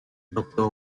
doctor